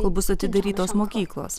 kol bus atidarytos mokyklos